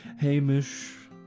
Hamish